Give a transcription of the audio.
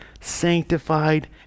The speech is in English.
sanctified